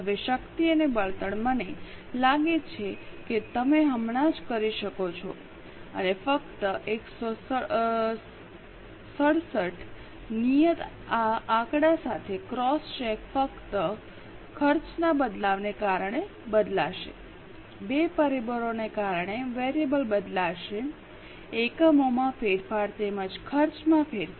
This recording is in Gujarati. હવે શક્તિ અને બળતણ મને લાગે છે કે તમે હમણાં જ કરી શકો છો અને ફક્ત 167 નિયત આ આંકડા સાથે ક્રોસ ચેક ફક્ત ખર્ચના બદલાવને કારણે બદલાશે બે પરિબળોને કારણે વેરિયેબલ બદલાશે એકમોમાં ફેરફાર તેમજ ખર્ચમાં ફેરફાર